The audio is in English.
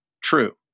true